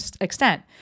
extent